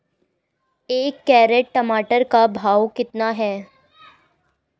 एक कैरेट टमाटर का भाव कितना है?